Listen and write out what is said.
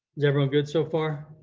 is everyone good so far?